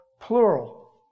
plural